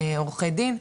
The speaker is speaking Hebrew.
עורכי דין,